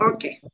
Okay